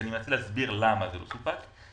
אתם צריכים להבין שזה לא סופק,